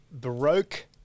Baroque